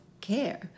care